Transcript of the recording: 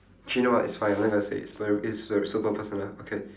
actually know what it's fine I'm not going to say it's it's err super personal okay